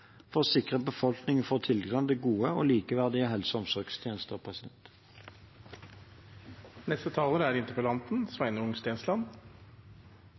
for å sikre at befolkningen får tilgang til gode og likeverdige helse- og omsorgstjenester.